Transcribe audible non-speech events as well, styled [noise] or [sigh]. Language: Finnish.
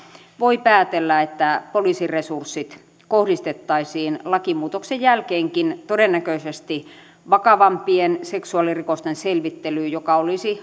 voi päätellä että poliisin resurssit kohdistettaisiin lakimuutoksen jälkeenkin todennäköisesti vakavampien seksuaalirikosten selvittelyyn joka olisi [unintelligible]